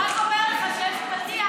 הוא רק אומר לך שיש פתיח שאתה צריך לפתוח.